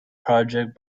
project